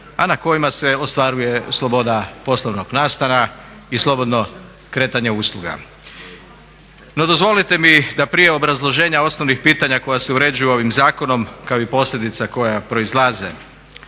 a na kojima se ostvaruje sloboda poslovnog nastana i slobodno kretanje usluga. No dozvolite mi da prije obrazloženja osnovnih pitanja koja se uređuju ovim zakonom, kao i posljedica koja proizlaze